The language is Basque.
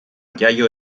jaio